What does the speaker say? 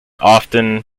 often